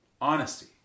honesty